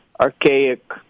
archaic